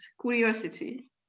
curiosity